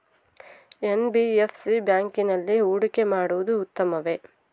NBFC ಬ್ಯಾಂಕಿನಲ್ಲಿ ಹೂಡಿಕೆ ಮಾಡುವುದು ಉತ್ತಮವೆ?